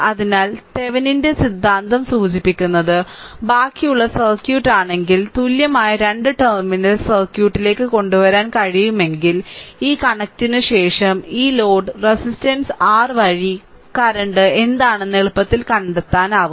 അതിനാൽ തെവെനിന്റെ സിദ്ധാന്തം സൂചിപ്പിക്കുന്നത് ബാക്കിയുള്ള സർക്യൂട്ട് ആണെങ്കിൽ തുല്യമായ രണ്ട് ടെർമിനൽ സർക്യൂട്ടിലേക്ക് കൊണ്ടുവരാൻ കഴിയുമെങ്കിൽ ഈ കണക്റ്റിനുശേഷം ഈ ലോഡ് റെസിസ്റ്റൻസ് r വഴി കറന്റ് എന്താണെന്ന് എളുപ്പത്തിൽ കണ്ടെത്താനാകും